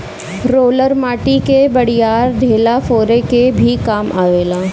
roller माटी कअ बड़ियार ढेला फोरे के भी काम आवेला